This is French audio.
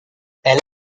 elle